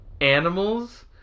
animals